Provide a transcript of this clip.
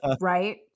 right